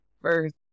first